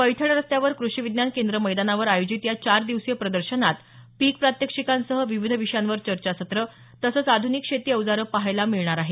पैठण रस्त्यावर कृषी विज्ञान केंद्र मैदानावर आयोजित या चार दिवसीय प्रदर्शनात पीक प्रात्यक्षिकांसह विविध विषयावर चर्चासत्र तसंच आध्रनिक शेती औजारं पहायला मिळणार आहेत